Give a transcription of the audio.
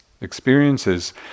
experiences